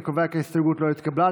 אני קובע כי ההסתייגות לא התקבלה.